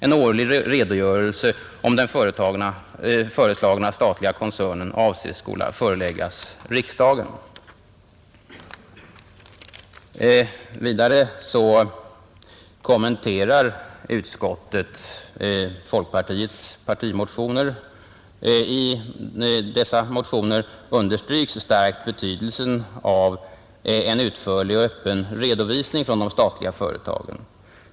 En årlig redogörelse om den föreslagna statliga koncernen avses skola föreläggas riksdagen.” ”I motionerna 1:1068 och II:1236 understryks starkt betydelsen av en utförlig och öppen redovisning från de statliga företagen.